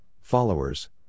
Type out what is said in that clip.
followers